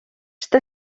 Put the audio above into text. està